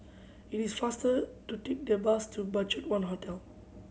it is faster to take the bus to BudgetOne Hotel